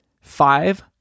Five